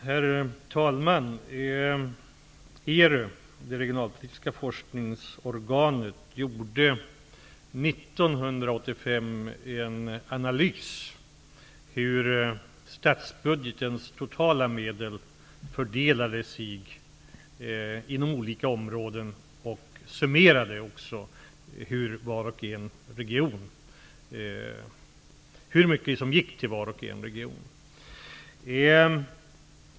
Herr talman! Det regionalpolitiska forskningsorganet gjorde 1985 en analys över hur statsbudgetens totala medel fördelades inom olika områden. Man summerade också hur mycket som gick till varje region.